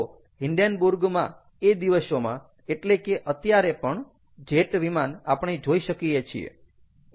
તો હિન્ડેન્બુર્ગ માં એ દિવસોમાં એટલે કે અત્યારે પણ જેટ વિમાન આપણે જોઈ શકીએ છીએ